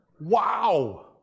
Wow